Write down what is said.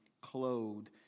clothed